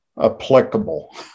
applicable